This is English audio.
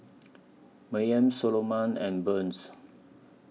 Mayme Soloman and Burns